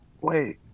Wait